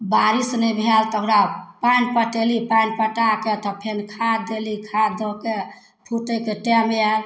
बारिश नहि भेल तऽ ओकरा पानि पटेली पानि पटाके तऽ फेर खाद देली खाद दऽके फुटैके टाइम आएल